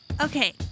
Okay